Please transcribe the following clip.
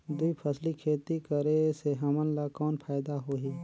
दुई फसली खेती करे से हमन ला कौन फायदा होही?